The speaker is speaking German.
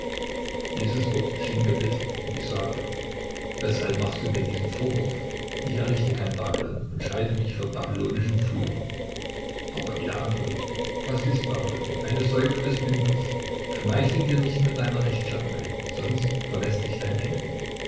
dieses wort schien mir bitter und ich sagte weshalb machst du mir diesen vorwurf ich errichte kein babylon und scheide mich vom babylonischen pfuhl aber er antwortet was ist babylon eine säule des dünkels schmeichle dir nicht mit deiner rechtschaffenheit sonst verläßt dich dein engel